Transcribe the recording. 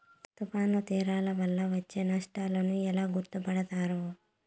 తుఫాను తీరాలు వలన వచ్చే నష్టాలను ఎలా గుర్తుపడతారు?